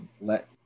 let